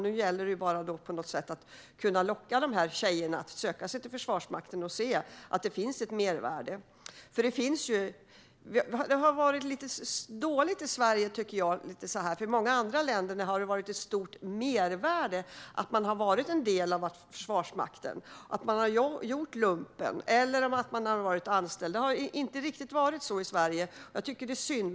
Nu gäller det bara att locka tjejerna att söka sig till Försvarsmakten, så att de kan se att det finns ett mervärde. Det har varit lite dåligt med det i Sverige. I många andra länder har det nämligen funnits ett stort mervärde i att ha varit en del av Försvarsmakten, att ha gjort lumpen eller att ha varit anställd där. Det har inte riktigt varit på det sättet i Sverige. Det är synd.